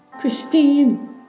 Christine